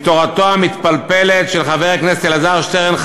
מתורתו המתפלפלת של חבר הכנסת אלעזר שטרן,